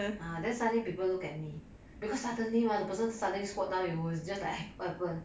ya then suddenly people look at me because suddenly [one] the person suddenly squat down you know it was just like what happen